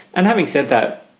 and having said that,